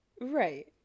Right